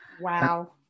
Wow